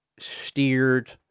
Steered